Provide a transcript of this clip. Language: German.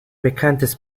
bekanntes